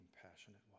compassionate